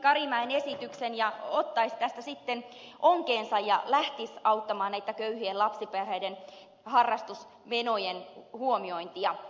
karimäen esityksen ja ottaisi tästä sitten onkeensa ja lähtisi auttamaan köyhien lapsiperheiden harrastusmenojen huomiointia